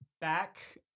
back